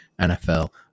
NFL